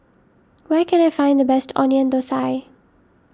where can I find the best Onion Thosai